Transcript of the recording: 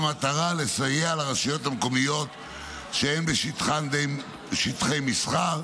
במטרה לסייע לרשויות מקומיות שאין בשטחן די שטחי מסחר,